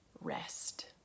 rest